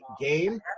game